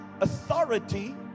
authority